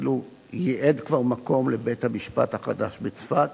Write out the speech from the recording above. ואפילו ייעד כבר מקום לבית-המשפט החדש בצפת.